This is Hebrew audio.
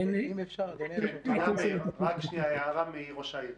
יש הערה מראש העיר.